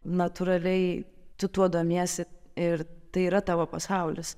natūraliai tu tuo domiesi ir tai yra tavo pasaulis